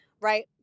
right